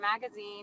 magazine